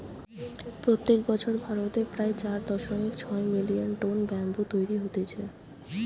প্রত্যেক বছর ভারতে প্রায় চার দশমিক ছয় মিলিয়ন টন ব্যাম্বু তৈরী হতিছে